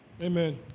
Amen